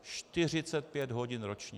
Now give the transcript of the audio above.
Čtyřicet pět hodin ročně.